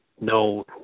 no